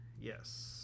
Yes